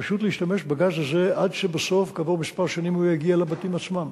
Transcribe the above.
פשוט להשתמש בגז הזה עד שבסוף כעבור כמה שנים הוא יגיע לבתים עצמם.